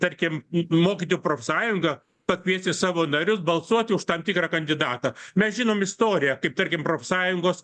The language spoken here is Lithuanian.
tarkim į mokytojų profsąjungą pakviesti savo narius balsuoti už tam tikrą kandidatą mes žinom istoriją kaip tarkim profsąjungos